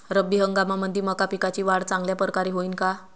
रब्बी हंगामामंदी मका पिकाची वाढ चांगल्या परकारे होईन का?